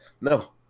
No